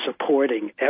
supporting